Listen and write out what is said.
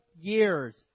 years